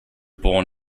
born